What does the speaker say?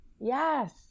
Yes